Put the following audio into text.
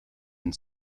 and